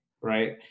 right